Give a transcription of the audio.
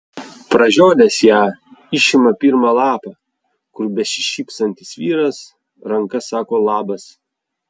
pražiodęs ją išima pirmą lapą kur besišypsantis vyras ranka sako labas